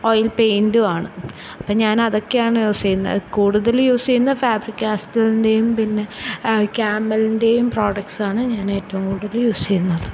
oil പെയിൻറ്റുമാണ് അപ്പം ഞാനതൊക്കെയാണ് യൂസ് ചെയ്യുന്നത് കൂടുതൽ യൂസ് ചെയ്യുന്നത് ഫാബ്രിക്ക് കാസ്റ്റിലിൻ്റെയും പിന്നെ കാമലിൻ്റെയും പ്രോഡക്ട്സാണ് ഞാൻ ഏറ്റവും കൂടുതൽ യൂസ് ചെയ്യുന്നത്